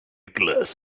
glass